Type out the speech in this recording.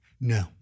No